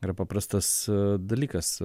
yra paprastas dalykas